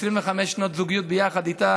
25 שנות זוגיות ביחד איתה